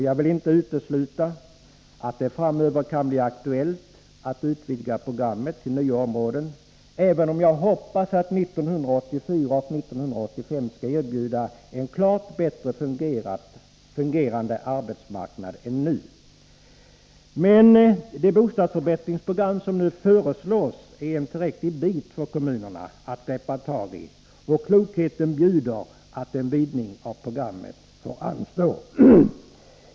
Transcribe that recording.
Jag vill inte utesluta att det framöver kan bli aktuellt att utvidga programmet till nya områden, även om jag hoppas att 1984 och 1985 skall erbjuda en klart bättre fungerande arbetsmarknad än nu. Men det bostadsförbättringsprogram som nu föreslås är en tillräcklig bit för kommunerna att ta tag i, och klokheten bjuder att en vidgning av programmet får anstå.